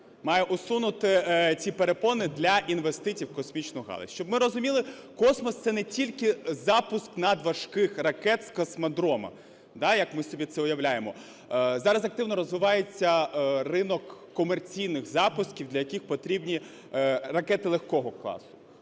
має усунути ці перепони для інвестиції в космічну галузь. Щоб ми розуміли, космос – це не тільки запуск надважких ракет з космодрому, як ми собі це уявляємо. Зараз активно розвивається ринок комерційних запусків, для яких потрібні ракети легкого класу.